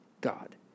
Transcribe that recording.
God